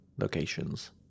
locations